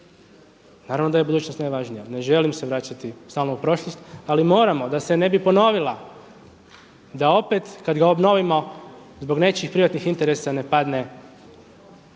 naravno da je budućnost najvažnija. Ne želim se vraćati stalno u prošlost. Ali moramo da se ne bi ponovila, da opet kad ga obnovimo zbog nečijih privatnih interesa ne padne